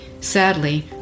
Sadly